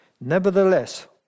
Nevertheless